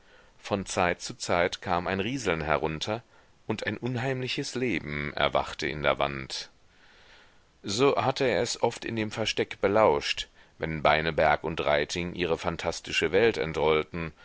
von zeit zu zeit kam ein rieseln herunter und ein unheimliches leben erwachte in der wand so hatte er es oft in dem versteck belauscht wenn beineberg und reiting ihre phantastische welt entrollten